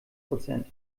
prozent